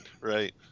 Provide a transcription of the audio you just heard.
right